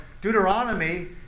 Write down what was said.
Deuteronomy